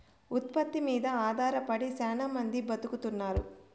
ఉత్పత్తి మీద ఆధారపడి శ్యానా మంది బతుకుతున్నారు